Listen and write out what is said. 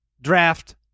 draft